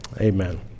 Amen